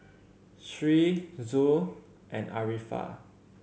Sri Zul and Arifa